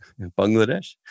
Bangladesh